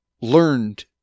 learned